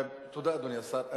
תודה, אדוני השר.